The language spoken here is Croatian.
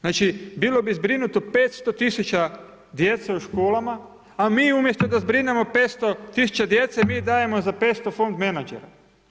Znači bilo bi zbrinuto 500 tisuća djece u školama, a mi umjesto da zbrinemo 500 tisuća djece, mi dajemo za 500 fond menadžera.